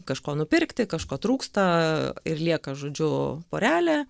kažko nupirkti kažko trūksta ir lieka žodžiu porelė